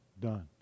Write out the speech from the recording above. done